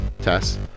tess